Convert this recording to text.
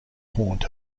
haunt